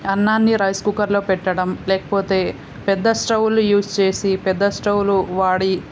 అన్నాన్ని రైస్ కుక్కర్లో పెట్టడం లేకపోతే పెద్ద స్టవ్వులు యూజ్ చేసి పెద్ద స్టవ్వులు వాడి